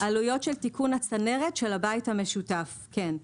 עלויות של תיקון הצנרת של הבית המשותף, כן.